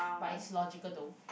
by its logical though